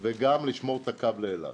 וגם לשמור את הקו לאילת.